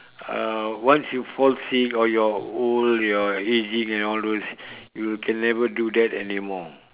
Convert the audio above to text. uh once you fall sick or you are old your ageing and all those you can never do that anymore